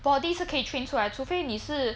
body 是可以 train 出来除非你是